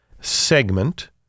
segment